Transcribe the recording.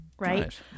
Right